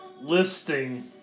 listing